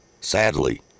Sadly